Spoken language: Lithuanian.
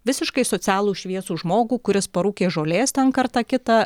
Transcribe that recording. visiškai socialų šviesų žmogų kuris parūkė žolės ten kartą kitą